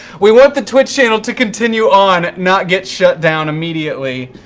we want that twitch channel to continue on, not get shut down immediately.